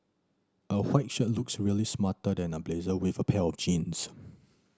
a white shirt looks really smart under a blazer with a pair of jeans